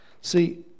See